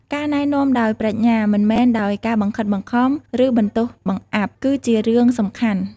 ការណែនាំដោយប្រាជ្ញា មិនមែនដោយការបង្ខិតបង្ខំ ឬបន្ទោសបង្អាប់ គឺជារឿងសំខាន់។